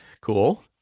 Cool